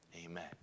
amen